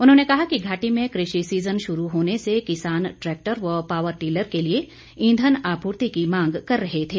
उन्होंने कहा कि घाटी में कृषि सीज़न शुरू होने से किसान ट्रैक्टर व पावर टीलर के लिए ईधन आपूर्ति की मांग कर रहें थे